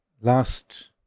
last